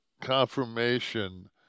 confirmation